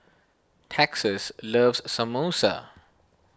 Texas loves Samosa